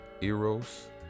eros